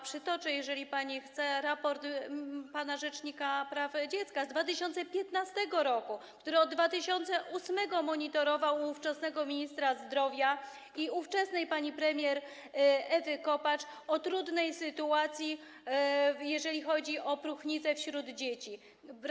Przytoczę, jeżeli pani chce, raport pana rzecznika praw dziecka z 2015 r., który od 2008 r. to monitorował i informował ówczesnego ministra zdrowia i ówczesną panią premier Ewę Kopacz o trudnej sytuacji, jeżeli chodzi o próchnicę wśród dzieci.